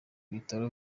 ibitaro